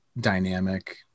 dynamic